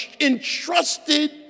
entrusted